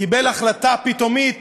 קיבל החלטה פתאומית